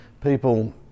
people